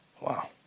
Wow